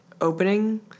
Opening